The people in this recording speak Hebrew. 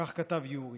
כך כתב יורי.